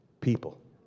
people